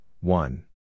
one